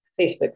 Facebook